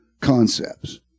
concepts